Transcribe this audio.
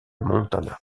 montana